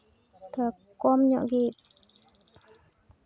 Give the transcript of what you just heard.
ᱛᱚ ᱠᱚᱢ ᱧᱚᱜ ᱜᱮ